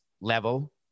level